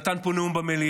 והוא נתן פה נאום במליאה,